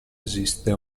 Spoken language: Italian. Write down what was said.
esiste